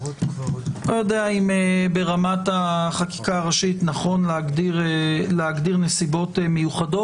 לא יודע אם ברמת החקיקה הראשית נכון להגדיר נסיבות מיוחדות.